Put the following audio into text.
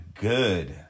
good